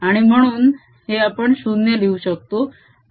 आणि म्हणून हे आपण 0 लिहू शकतो